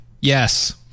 yes